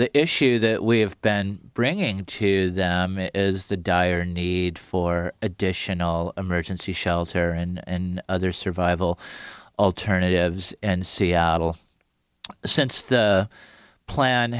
the issue that we have been bringing to them is the dire need for additional emergency shelter and other survival alternatives and seattle since the plan